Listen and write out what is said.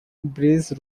bridge